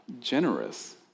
generous